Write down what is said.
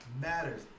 matters